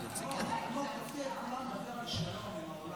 תפתיע את כולנו, דבר על שלום עם העולם הערבי.